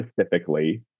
specifically